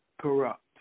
corrupt